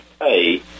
pay